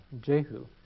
Jehu